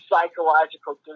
psychological